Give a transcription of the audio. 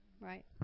Right